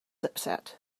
upset